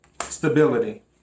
Stability